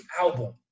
album